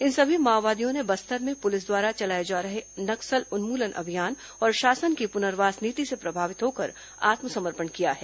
इन सभी माओवादियों ने बस्तर में पुलिस द्वारा चलाए जा रहे नक्सल उन्मूलन अभियान और शासन की पुनर्वास नीति से प्रभावित होकर आत्मसमर्पण किया है